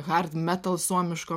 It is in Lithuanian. hard metal suomiško